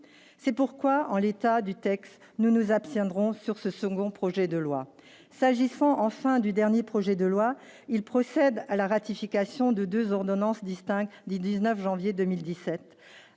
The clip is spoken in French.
c'est pourquoi, en l'état du Texas, nous nous abstiendrons sur ce second projet de loi s'agissant enfin du dernier projet de loi ils procèdent à la ratification de 2 ordonnances distinctes du 19 janvier 2017